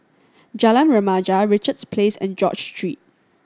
Jalan Remaja Richards Place and George Street